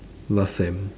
last sem